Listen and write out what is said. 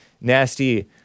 nasty